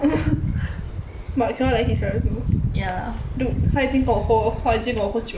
ya lah